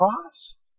cross